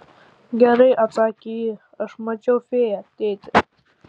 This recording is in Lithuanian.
gerai atsakė ji aš mačiau fėją tėti